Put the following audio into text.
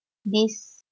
this